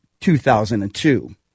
2002